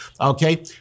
okay